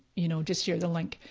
you know just share the link.